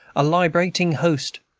a liberating host,